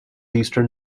eastern